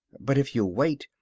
but if you'll wait.